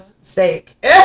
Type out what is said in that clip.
steak